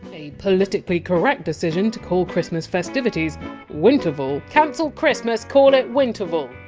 a politically correct decision to call christmas festivities winterval, cancel christmas, call it winterval,